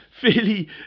fairly